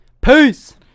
peace